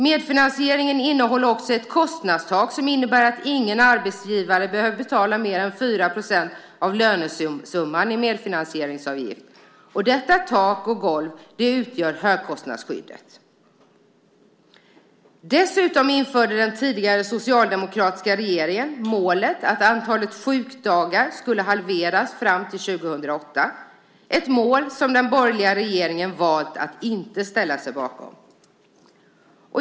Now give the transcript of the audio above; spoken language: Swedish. Medfinansieringen innehåller också ett kostnadstak som innebär att ingen arbetsgivare behöver betala mer än 4 % av lönesumman i medfinansieringsavgift. Detta tak och golv utgör högkostnadsskyddet. Dessutom införde den tidigare socialdemokratiska regeringen målet att antalet sjukdagar skulle halveras fram till 2008, ett mål som den borgerliga regeringen valt att inte ställa sig bakom.